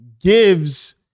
gives